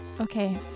okay